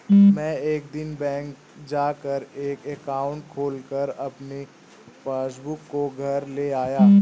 मै एक दिन बैंक जा कर एक एकाउंट खोलकर अपनी पासबुक को घर ले आया